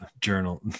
journal